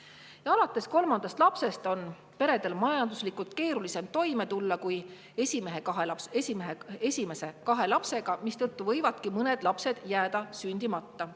Alates kolmandast lapsest on peredel majanduslikult keerulisem toime tulla kui esimese kahe lapsega, mistõttu võivadki mõned lapsed jääda sündimata.